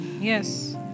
Yes